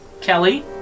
Kelly